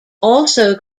also